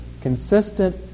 consistent